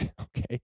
Okay